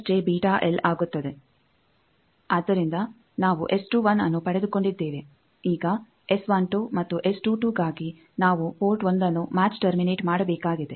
ಆದ್ದರಿಂದ ನಾವು ಅನ್ನು ಪಡೆದುಕೊಂಡಿದ್ದೇವೆ ಈಗ ಮತ್ತು ಗಾಗಿ ನಾವು ಪೋರ್ಟ್ 1ಅನ್ನು ಮ್ಯಾಚ್ ಟರ್ಮಿನೆಟ್ ಮಾಡಬೇಕಾಗಿದೆ